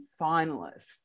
finalists